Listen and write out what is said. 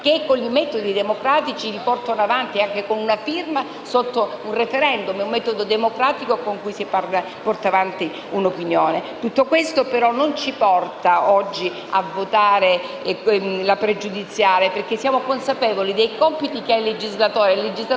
con metodi democratici, portano avanti con una firma per un *referendum*: un metodo democratico con cui si porta avanti un'opinione. Tutto questo però non ci porta oggi a votare a favore della questione pregiudiziale, perché siamo consapevoli dei compiti che ha il legislatore: